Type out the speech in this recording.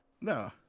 no